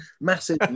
Massive